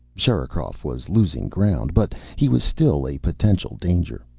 sherikov was losing ground but he was still a potential danger.